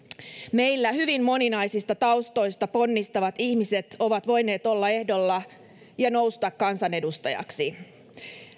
meillä hyvin moninaisista taustoista ponnistavat ihmiset ovat voineet olla ehdolla ja nousta kansanedustajaksi